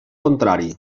contrari